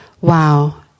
wow